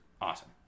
awesome